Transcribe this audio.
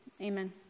Amen